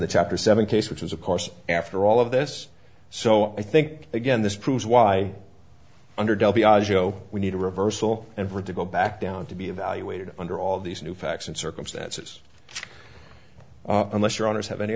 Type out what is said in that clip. the chapter seven case which is of course after all of this so i think again this proves why we need a reversal and for it to go back down to be evaluated under all of these new facts and circumstances unless your honour's have any